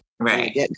Right